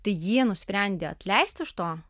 tai jie nusprendė atleisti iš to